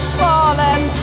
fallen